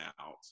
out